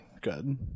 good